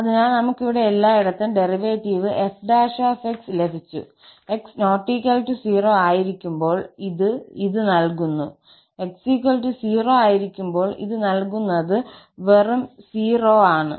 അതിനാൽ നമുക് ഇവിടെ എല്ലായിടത്തും ഡെറിവേറ്റീവ് f ′ ലഭിച്ചു x ≠ 0 ആയിരിക്കുമ്പോൾ ഇത് ഇത് നൽകുന്നു x 0 ആയിരിക്കുമ്പോൾ ഇത് നൽകുന്നത് വെറും 0 ആണ്